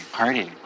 party